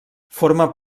forma